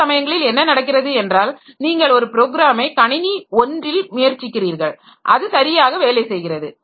பல சமயங்களில் என்ன நடக்கிறது என்றால் நீங்கள் ஒரு ப்ரோக்ராமை கணினி ஒன்றில் முயற்சிக்கிறீர்கள் அது சரியாக வேலை செய்கிறது